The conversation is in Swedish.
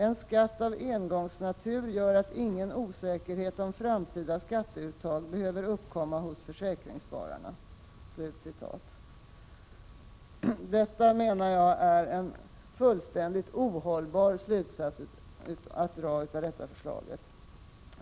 En skatt av engångsnatur gör att ingen osäkerhet om framtida skatteuttag behöver uppkomma hos försäkringsspararna.” Detta är, menar jag, en fullständigt ohållbar slutsats av förslaget.